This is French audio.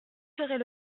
serait